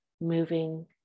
moving